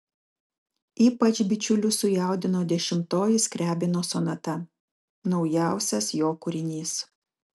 ypač bičiulius sujaudino dešimtoji skriabino sonata naujausias jo kūrinys